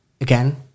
again